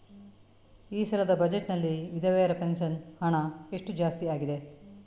ಈ ಸಲದ ಬಜೆಟ್ ನಲ್ಲಿ ವಿಧವೆರ ಪೆನ್ಷನ್ ಹಣ ಎಷ್ಟು ಜಾಸ್ತಿ ಆಗಿದೆ?